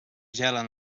gelen